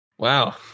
Wow